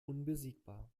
unbesiegbar